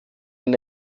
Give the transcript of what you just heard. ein